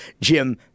Jim